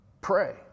Pray